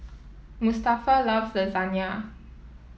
Mustafa loves Lasagne